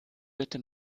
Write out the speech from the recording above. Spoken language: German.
bitte